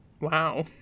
Wow